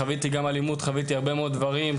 חוויתי גם אלימות וחוויתי הרבה מאוד דברים.